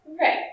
Right